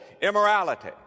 immorality